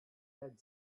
had